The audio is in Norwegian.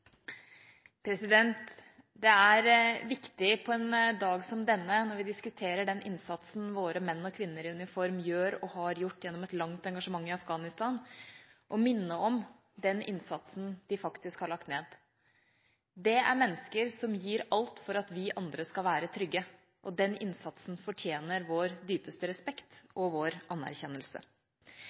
Afghanistan, er det viktig å minne om den innsatsen de faktisk har lagt ned. Det er mennesker som gir alt for at vi andre skal være trygge. Den innsatsen fortjener vår dypeste respekt og anerkjennelse.